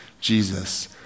Jesus